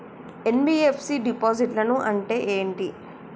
NBFC డిపాజిట్లను అంటే ఏంటి?